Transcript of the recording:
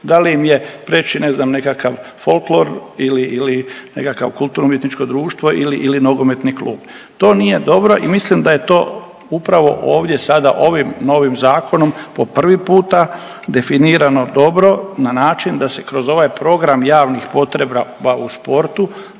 da li im je preći, ne znam nekakav folklor ili nekakav kulturno-umjetničkog društvo ili nogometni klub. To nije dobro i mislim da je to upravo ovdje sada ovim novim Zakonom po prvi puta definirano dobro na način da se kroz ovaj program javnih potreba u sportu